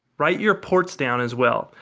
write your ports down as well.